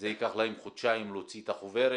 זה ייקח להם חודשיים להוציא את החוברת.